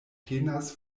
penas